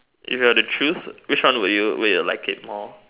if you were to choose which one will you will you like it more